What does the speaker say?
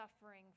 suffering